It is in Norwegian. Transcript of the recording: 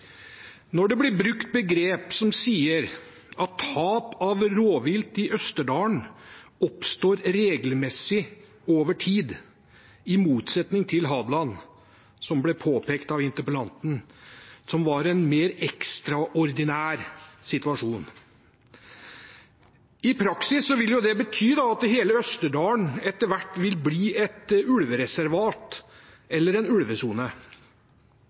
at tap av rovvilt i Østerdalen oppstår regelmessig over tid, i motsetning til på Hadeland – som det ble påpekt av interpellanten – der det var en mer ekstraordinær situasjon, vil jo det i praksis bety at hele Østerdalen etter